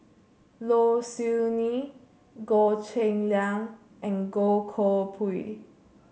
Low Siew Nghee Goh Cheng Liang and Goh Koh Pui